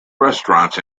restaurants